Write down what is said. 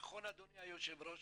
נכון אדוני היושב-ראש